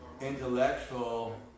intellectual